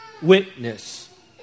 witness